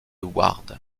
ward